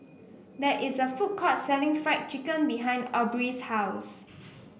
there is a food courts selling Fried Chicken behind Aubree's house